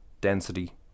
density